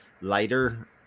lighter